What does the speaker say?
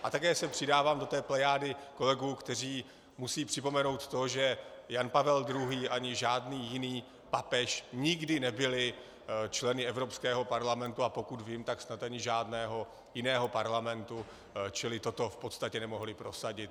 A také se přidávám do té plejády kolegů, kteří musí připomenout to, že Jan Pavel II. ani žádný jiný papež nikdy nebyli členy Evropského parlamentu, a pokud vím, tak snad ani žádného jiného parlamentu, čili toto v podstatě nemohli prosadit.